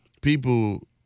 people